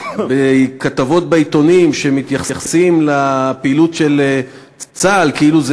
כתבות בעיתונים שמתייחסות לפעילות של צה"ל כאילו זה